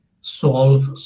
solve